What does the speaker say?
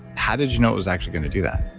how did you know it was actually going to do that?